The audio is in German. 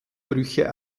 brüche